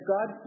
God